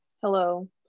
Hello